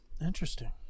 Interesting